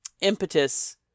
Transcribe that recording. impetus